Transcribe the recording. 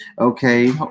okay